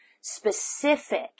specific